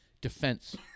Defense